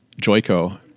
Joico